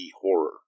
horror